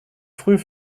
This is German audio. früh